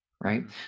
right